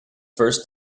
first